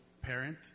parent